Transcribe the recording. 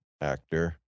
actor